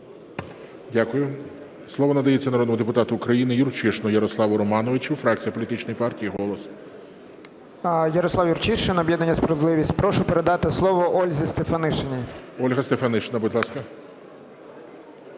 Дякую. Слово надається народному депутату України Юрчишину Ярославу Романовичу, фракція Політичної партії "Голос". 11:50:35 ЮРЧИШИН Я.Р. Ярослав Юрчишин, об'єднання "Справедливість". Прошу передати слово Ользі Стефанишиній. ГОЛОВУЮЧИЙ. Ольга Стефанишина, будь ласка.